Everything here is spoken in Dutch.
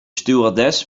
stewardess